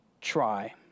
try